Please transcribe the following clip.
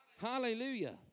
Hallelujah